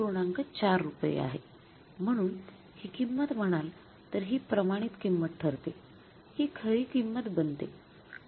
४ रुपये आहे म्हणून ही किंमत म्हणाल तर ही प्रमाणित किंमत ठरते ही खरी किंमत बनते